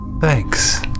Thanks